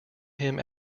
him